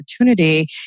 opportunity